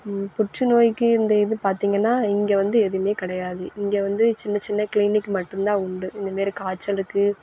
புற்றுநோய்க்கு இந்த இது பார்த்தீங்கன்னா இங்கே வந்து எதுவும் கிடையாது இங்கே வந்து சின்ன சின்ன க்ளீனிக் மட்டும் தான் உண்டு இந்தமாரி காய்ச்சலுக்கு